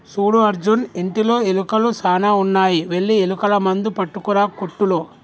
సూడు అర్జున్ ఇంటిలో ఎలుకలు సాన ఉన్నాయి వెళ్లి ఎలుకల మందు పట్టుకురా కోట్టులో